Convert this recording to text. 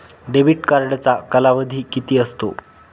Debit कार्डचा कालावधी किती असतो?